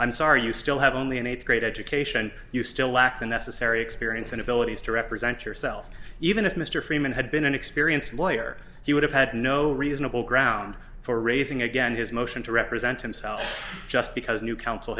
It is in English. i'm sorry you still have only an eighth grade education you still lack the necessary experience and abilities to represent yourself even if mr freeman had been an experienced lawyer he would have had no reasonable ground for raising again his motion to represent himself just because new coun